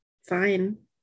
fine